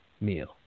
meal